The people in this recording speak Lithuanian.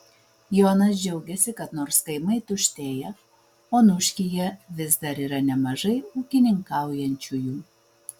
jonas džiaugiasi kad nors kaimai tuštėja onuškyje vis dar yra nemažai ūkininkaujančiųjų